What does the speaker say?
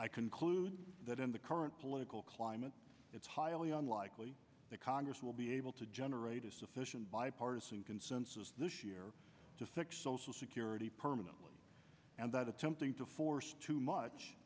i conclude that in the current political climate it's highly unlikely that congress will be able to generate a sufficient bipartisan consensus this year to fix social security permanently and that a to going to force too much